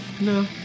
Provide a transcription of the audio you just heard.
No